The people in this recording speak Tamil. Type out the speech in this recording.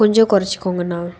கொஞ்சம் கொறைச்சிக்கோங்கண்ணா